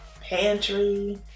pantry